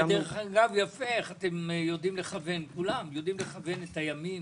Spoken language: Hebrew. יפה איך אתם יודעים לכוון כולם את הימים.